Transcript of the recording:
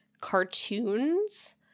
cartoons